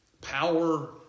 power